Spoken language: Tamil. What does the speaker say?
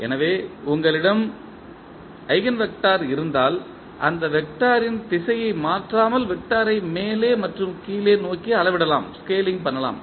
எனவே உங்களிடம் ஈஜென்வெக்டர் இருந்தால் அந்த வெக்டர் ன் திசையை மாற்றாமல் வெக்டர் ஐ மேலே மற்றும் கீழ் நோக்கி அளவிடலாம்